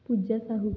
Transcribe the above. Puja Sahu